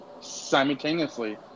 simultaneously